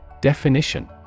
Definition